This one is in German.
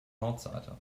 nordseite